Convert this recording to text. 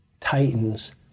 titans